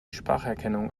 spracherkennung